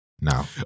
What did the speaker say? now